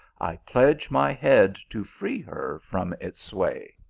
i pledge my head to free her from its sway.